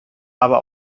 aber